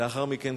לאחר מכן,